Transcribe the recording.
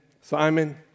Simon